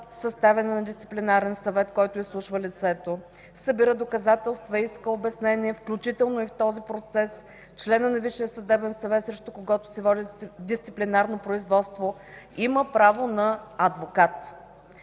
съставяне на Дисциплинарен съвет, който изслушва лицето, събира доказателства, иска обяснения. Включително и в този процес членът на Висшия съдебен съвет, срещу когото се води дисциплинарно производство, има право на адвокат.